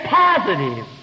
positive